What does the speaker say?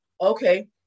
okay